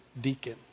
deacon